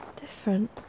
...different